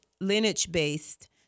lineage-based